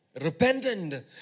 Repentant